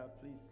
please